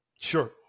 sure